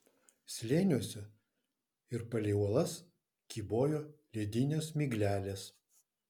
slėniuose ir palei uolas kybojo ledinės miglelės